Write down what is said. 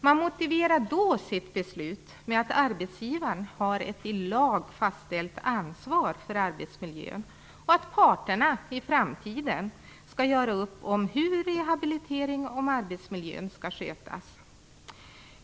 Man motiverade då sitt beslut med att arbetsgivaren har ett i lag fastställt ansvar för arbetsmiljön och att parterna i framtiden skall göra upp om hur rehabilitering och arbetsmiljö skall skötas.